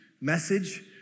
message